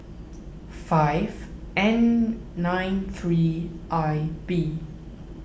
five N nine three I B